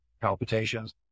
palpitations